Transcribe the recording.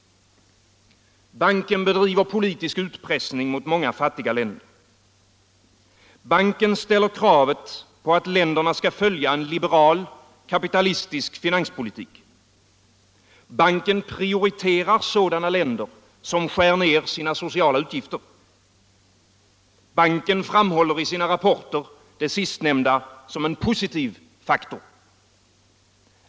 Banken bedriver politisk utpressning mot många fattiga länder. Banken ställer krav på att länderna skall följa en liberal, kapitalistisk finanspolitik. Banken prioriterar sådana länder som skär ner sina social utgifter. Banken framhåller i sina rapporter det sistnämnda som ett en positiv faktor.